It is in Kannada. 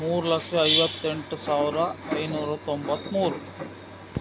ಮೂರು ಲಕ್ಷ ಐವತ್ತೆಂಟು ಸಾವಿರ ಐನೂರ ತೊಂಬತ್ಮೂರು